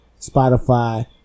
Spotify